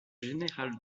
général